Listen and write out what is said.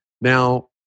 Now